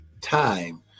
time